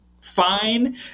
fine